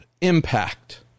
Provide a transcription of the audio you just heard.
impact